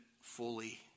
fully